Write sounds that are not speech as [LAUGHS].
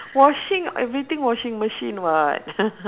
washing everything washing machine [what] [LAUGHS]